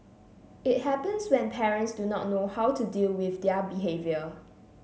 it happens when parents do not know how to deal with their behaviour